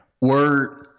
Word